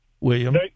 William